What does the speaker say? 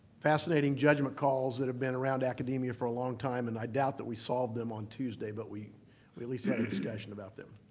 fascinating judgment calls that have been around academia for a long time and i doubt that we solved them on tuesday, but we at least had a discussion about them.